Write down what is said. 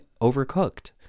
Overcooked